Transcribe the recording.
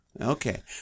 Okay